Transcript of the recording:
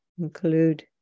include